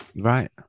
right